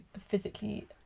physically